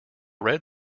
read